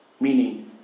meaning